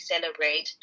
celebrate